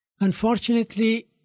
Unfortunately